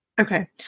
Okay